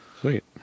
sweet